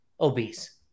obese